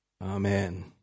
Amen